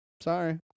sorry